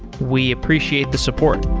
we appreciate the support